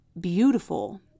beautiful